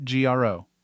GRO